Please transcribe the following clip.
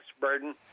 burden